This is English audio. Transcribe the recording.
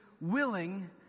willing